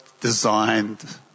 designed